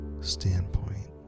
standpoint